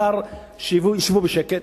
העיקר שישבו בשקט,